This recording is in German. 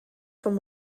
vom